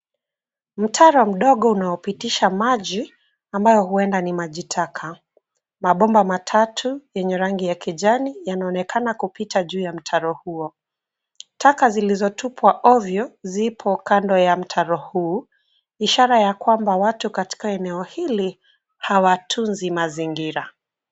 Mtaro mdogo unaopitisha maji ambayo huenda ni maji taka. Mabomba matatu yenye rangi ya kijani yanaonekana kupita juu ya mtaro huo. Taka zilizotupwa ovyo, zipo kando ya mtaro huu, ishara ya kwamba watu katika eneo hili hawatunzi mazingira.